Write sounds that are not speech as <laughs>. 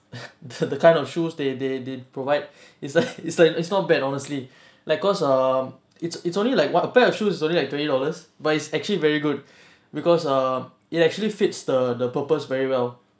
<laughs> the the kind of shoes they they they provide it's like it's like it's not bad honestly like cause um it's it's only like what a pair of shoe is only like twenty dollars but it's actually very good because err it actually fits the the purpose very well